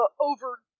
over